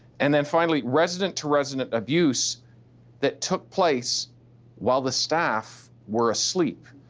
and then finally, resident-to-resident abuse that took place while the staff were asleep.